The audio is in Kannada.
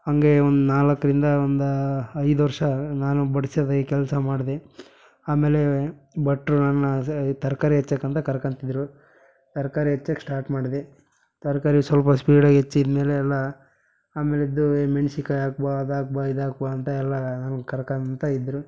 ಹಾಗೇ ಒಂದು ನಾಲ್ಕರಿಂದ ಒಂದು ಐದು ವರ್ಷ ನಾನು ಬಡ್ಸೋದೇ ಕೆಲಸ ಮಾಡಿದೆ ಆಮೇಲೆ ಭಟ್ರು ನನ್ನ ಇದು ತರಕಾರಿ ಹೆಚ್ಚೋಕಂತ ಕರ್ಕೊಂತಿದ್ರು ತರಕಾರಿ ಹೆಚ್ಚಕ್ಕೆ ಸ್ಟಾರ್ಟ್ ಮಾಡಿದೆ ತರಕಾರಿ ಸ್ವಲ್ಪ ಸ್ಪೀಡಾಗಿ ಹೆಚ್ಚಿದ ಮೇಲೆ ಎಲ್ಲ ಆಮೇಲೆದ್ದು ಏಯ್ ಮೆನ್ಶಿನ್ಕಾಯ್ ಹಾಕು ಬಾ ಅದು ಹಾಕು ಬಾ ಇದು ಹಾಕು ಬಾ ಅಂತ ಎಲ್ಲ ನನ್ಗೆ ಕರ್ಕೊಂತ ಇದ್ದರು